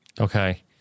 Okay